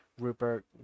rupert